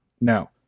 now